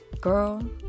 girl